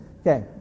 Okay